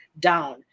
down